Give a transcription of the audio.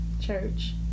church